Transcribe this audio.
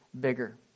bigger